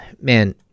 man